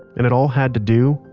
and it all had to do.